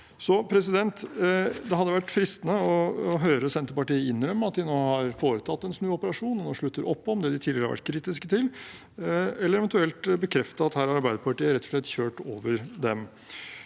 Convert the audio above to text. små steder. Det hadde vært fristende å høre Senterpartiet innrømme at de nå har foretatt en snuoperasjon og slutter opp om det de tidligere har vært kritisk til, eller eventuelt bekrefter at her har Arbeiderpartiet rett og slett kjørt over dem.